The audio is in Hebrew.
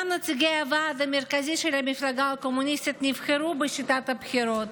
גם נציגי הוועד המרכזי של המפלגה הקומוניסטית נבחרו בשיטת הבחירות.